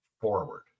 forward